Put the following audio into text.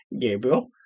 Gabriel